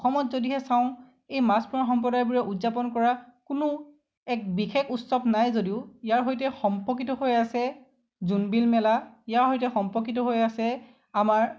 অসমত যদিহে চাওঁ এই মাছ মৰা সম্প্ৰদায়বোৰে উদযাপন কৰা কোনো এক বিশেষ উৎসৱ নাই যদিও ইয়াৰ সৈতে সম্পৰ্কিত হৈ আছে জোনবিল মেলা ইয়াৰ সৈতে সম্পৰ্কিত হৈ আছে আমাৰ